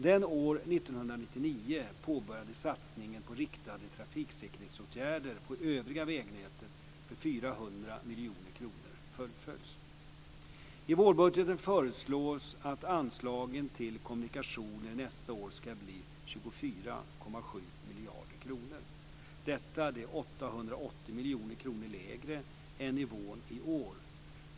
Den år 1999 påbörjade satsningen på riktade trafiksäkerhetsåtgärder på övriga vägnätet för I vårbudgeten föreslås att anslagen till kommunikationer nästa år ska bli 24,7 miljarder kronor. Detta är 880 miljoner kronor lägre än nivån i år.